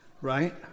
right